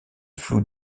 flou